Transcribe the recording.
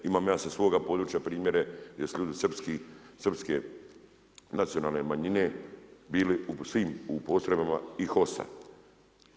Imam ja sa svoga područja primjere, gdje su ljudi srpske nacionalne manjine bili u svim postrojbama i HOS-a.